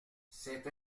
c’est